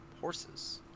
horses